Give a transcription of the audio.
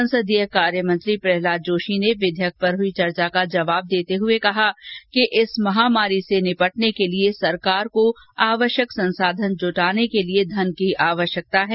संसदीय कार्यमंत्री प्रहलाद जोशी ने विधेयक पर हुई चर्चा का जवाब देते हुए कहा कि इसे महामारी से निपटने के लिए सरकार को आवश्यक संसाधन जुटाने के लिए धन की जरूरत है